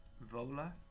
vola